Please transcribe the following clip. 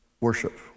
Worship